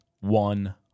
One